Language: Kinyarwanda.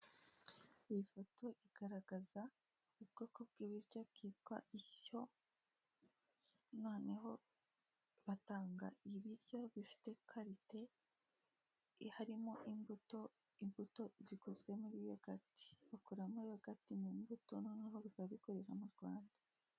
Iyi foto igaragaza ubwoko bw'ibiryo bwa ishyo. Batanga ibiryo bifite karite harimo imbuto zikozwemo yogati. Bakoramo yogati mu mbuto, noneho bikaba bikorerwa mu Rwanda.